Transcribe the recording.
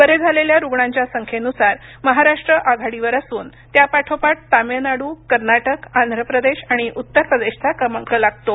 बरे झालेल्या रुग्णांच्या संख्येनुसार महाराष्ट्र आघाडीवर असून त्यापाठोपाठ तामिळनाडू कर्नाटक आंध्र प्रदेश आणि उत्तरप्रदेशचा क्रमांक लागतो